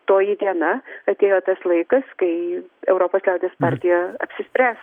toji diena atėjo tas laikas kai europos liaudies partija apsispręs